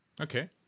Okay